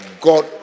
god